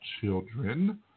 children